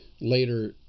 later